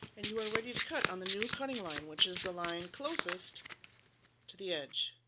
and you are ready to cut on the new cutting line which is the line closest to the edge.